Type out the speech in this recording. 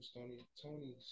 Tony